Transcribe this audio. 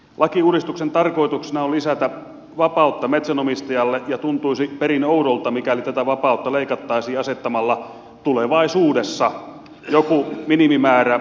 lakiuudistuksen tarkoituksena on lisätä vapautta metsänomistajalle ja tuntuisi perin oudolta mikäli tätä vapautta leikattaisiin asettamalla tulevaisuudessa joku minimimäärä metsäkiinteistöjen koolle